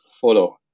follow